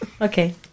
Okay